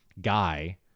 guy